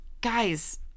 guys